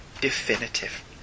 definitive